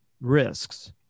risks